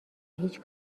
هیچ